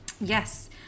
Yes